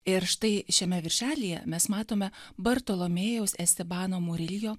ir štai šiame viršelyje mes matome bartolomėjaus estebano muriljo